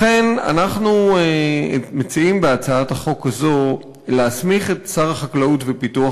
לכן אנחנו מציעים בהצעת החוק הזו להסמיך את שר החקלאות ופיתוח